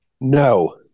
No